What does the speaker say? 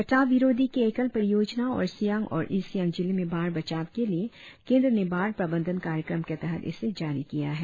कटाव विरोधी के एकल परियोजना और सियांग और ईस्ट सियांग जिले में बाढ़ बचाव के लिए केंद्र ने बाढ़ प्रबंधन कार्यक्रम के तहत इसे जारी किया गया है